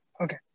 Okay